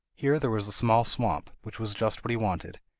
here there was a small swamp, which was just what he wanted,